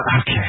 Okay